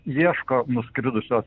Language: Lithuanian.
ieško nuskridusios